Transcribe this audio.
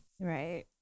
right